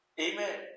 Amen